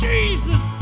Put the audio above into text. Jesus